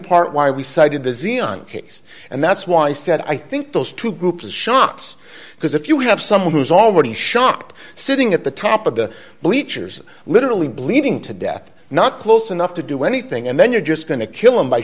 part why we cited the z on case and that's why i said i think those two groups the shots because if you have someone who's already shocked sitting at the top of the bleachers literally bleeding to death not close enough to do anything and then you're just going to kill him by